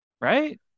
right